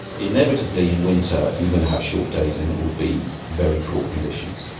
inevitably in winter you're going to have short days and it will be very poor conditions.